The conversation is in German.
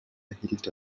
erhielt